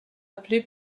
appelé